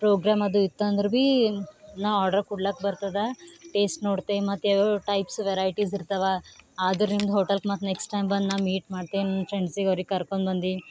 program ಅದು ಇತ್ತು ಅಂದ್ರೆ ಭೀ ನಾ ಆರ್ಡರ್ ಕೊಡ್ಲಕ ಬರ್ತದೆ ಟೇಸ್ಟ್ ನೋಡ್ತೆ ಮತ್ತು ಯಾವ್ಯಾವ ಟೈಪ್ಸ್ ವೆರೈಟಿಸ್ ಇರ್ತವೆ ಆದ್ರೆ ನಿಮ್ದು ಹೋಟೆಲ್ಕ ಮತ್ತೆ ನೆಕ್ಸ್ಟ್ ಟೈಮ್ ಬಂದು ನಾನು ಮೀಟ್ ಮಾಡ್ತಿ ನಮ್ಮ ಫ್ರೆಂಡ್ಸಿಗೆ ಅವ್ರಿಗೆ ಕರ್ಕೊಂಡ್ ಬಂದಿ